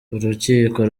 urukiko